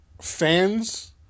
fans